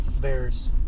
bears